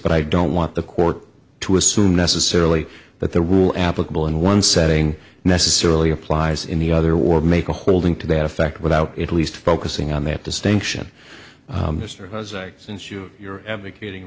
but i don't want the court to assume necessarily that the rule applicable in one setting necessarily applies in the other or make a holding to that effect without it least focusing on that distinction mr since you you're advocating